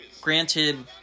granted